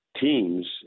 teams